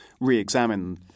re-examine